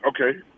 okay